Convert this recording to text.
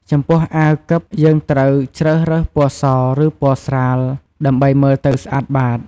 ចំពោះអាវកិបយើងត្រូវជ្រើសរើសពណ៌ស ឬពណ៌ស្រាល ដើម្បីមើលទៅស្អាតបាត។